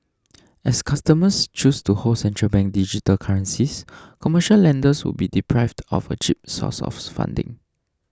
as customers choose to hold central bank digital currencies commercial lenders would be deprived of a cheap source of funding